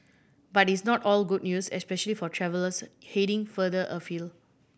but it's not all good news especially for travellers heading farther afield